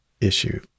issue